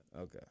Okay